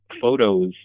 photos